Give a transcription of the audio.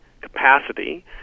capacity